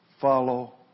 Follow